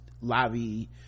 lobby